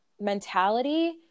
mentality